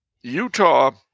Utah